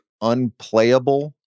unplayable